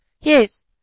Yes